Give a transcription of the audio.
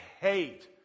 hate